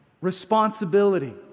Responsibility